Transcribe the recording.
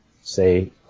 say